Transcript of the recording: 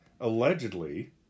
allegedly